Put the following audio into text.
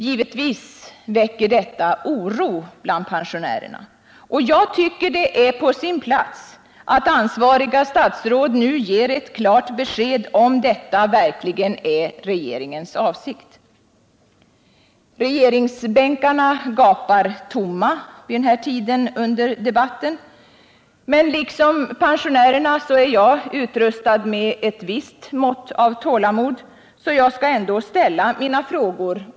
Givetvis väcker detta oro bland pensionärerna. Jag tycker att det är på sin plats att ansvariga statsråd nu ger ett klart besked om huruvida detta verkligen är regeringens avsikt. Regeringsbänkarna gapar tomma vid den här tiden under debatten, men liksom pensionärerna är jag utrustad med ett visst mått av tålamod, så jag skall ändå ställa mina frågor.